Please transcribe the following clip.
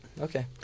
Okay